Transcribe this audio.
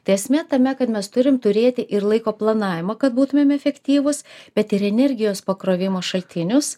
tai esmė tame kad mes turim turėti ir laiko planavimo kad būtumėm efektyvūs bet ir energijos pakrovimo šaltinius